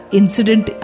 incident